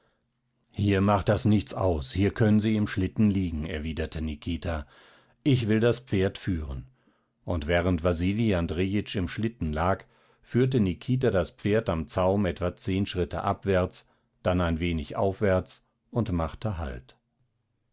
hier macht das nichts aus hier können sie im schlitten liegen erwiderte nikita ich will das pferd führen und während wasili andrejitsch im schlitten lag führte nikita das pferd am zaum etwa zehn schritte abwärts dann ein wenig aufwärts und machte halt